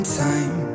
time